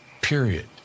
Period